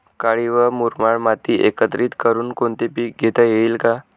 काळी व मुरमाड माती एकत्रित करुन कोणते पीक घेता येईल का?